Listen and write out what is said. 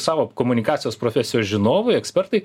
savo komunikacijos profesijos žinovai ekspertai